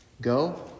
go